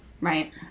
Right